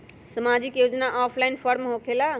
समाजिक योजना offline form होकेला?